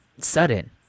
sudden